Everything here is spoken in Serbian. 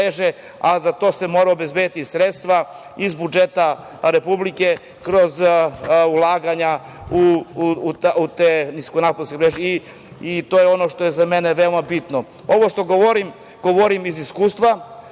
a za to se moraju obezbediti sredstva iz budžeta republike kroz ulaganja u te niskonaponske mreže. To je ono što je za mene veoma bitno. Ovo što govorim, govorim iz iskustva